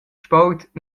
sport